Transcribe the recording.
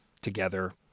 together